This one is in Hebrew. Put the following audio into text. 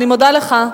אני מודה לך.